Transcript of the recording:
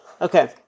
Okay